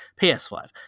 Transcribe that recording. PS5